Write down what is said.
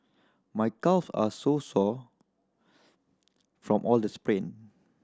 my calves are sore from all the sprint